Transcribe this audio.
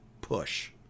push